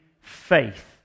faith